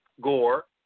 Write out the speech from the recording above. gore